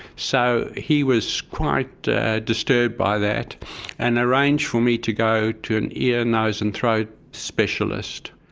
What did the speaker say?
so he was quite disturbed by that and arranged for me to go to an ear, nose and throat specialist,